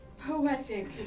poetic